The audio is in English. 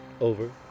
Over